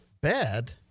bad